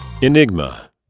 Enigma